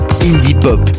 indie-pop